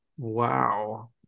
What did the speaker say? Wow